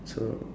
so